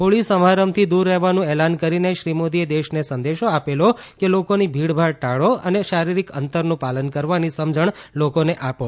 હોળી સમારંભથી દૂર રહેવાનું એલાન કરીને શ્રી મોદીએ દેશને સંદેશો આપેલો કે લોકોની ભીડભાડ ટાળો અને શારીરિક અંતરનું પાલન કરવાની સમજણ લોકોને આપો